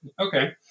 Okay